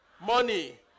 money